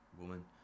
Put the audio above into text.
woman